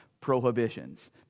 prohibitions